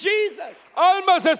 Jesus